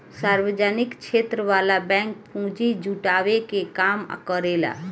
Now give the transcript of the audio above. सार्वजनिक क्षेत्र वाला बैंक पूंजी जुटावे के काम करेला